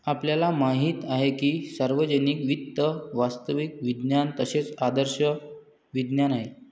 आपल्याला माहित आहे की सार्वजनिक वित्त वास्तविक विज्ञान तसेच आदर्श विज्ञान आहे